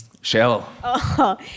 Shell